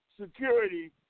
security